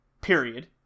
period